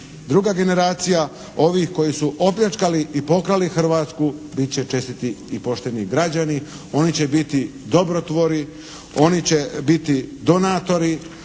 druga generacija ovih koji su opljačkali i pokrali Hrvatsku bit će čestiti i pošteni građani, oni će biti dobrotvori, oni će biti donatori,